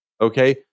Okay